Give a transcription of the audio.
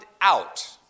out